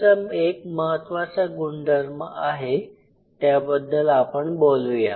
चा एक महत्वाचा गुणधर्म आहे त्याबद्दल आपण बोलूया